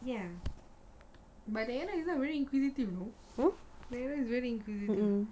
yes but then there isn't very inquisitive there isn't very inquisitive